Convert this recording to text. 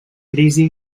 crisi